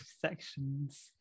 sections